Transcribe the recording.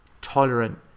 tolerant